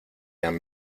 han